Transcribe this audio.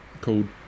called